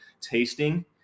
tasting